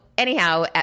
Anyhow